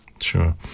sure